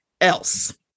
else